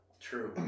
True